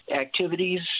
activities